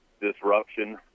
disruption